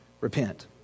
repent